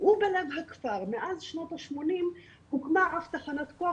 ובלב הכפר מאז שנות השמונים הוקמה אף תחנת כוח